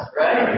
right